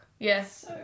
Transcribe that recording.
Yes